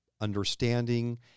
understanding